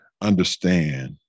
understand